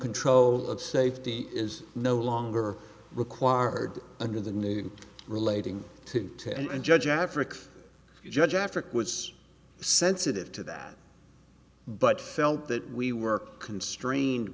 control of safety is no longer required under the new relating to and judge africa judge africa was sensitive to that but felt that we were constrained